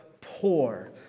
poor